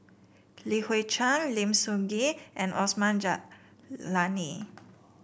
Li Hui Cheng Lim Sun Gee and Osman Zailani